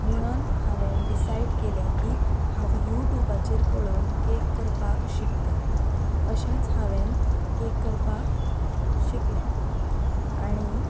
म्हणून हांवें डिसाय्ड केलें की हांव यू ट्यूबाचेर पळोवन केक करपाक शिकतलें अशेंच हांवें केक करपाक शिकलें आनी